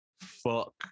fuck